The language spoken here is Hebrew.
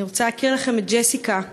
אני רוצה להכיר לכם את ג'סיקה,